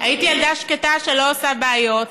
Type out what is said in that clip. הייתי ילדה שקטה שלא עושה בעיות,